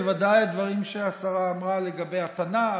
בוודאי דברים שהשרה אמרה לגבי התנ"ך,